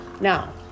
Now